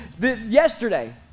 yesterday